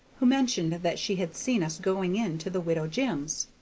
who mentioned that she had seen us going in to the widow jim's.